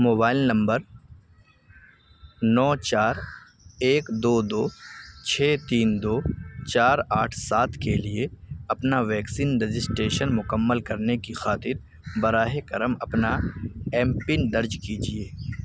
mobile number نو چار ایک دو دو چھ تین دو چار آٹھ سات کے لیے اپنا ویکسین رجسٹریشن مکمل کرنے کی خاطر براہ کرم اپنا ایم پن درج کیجیے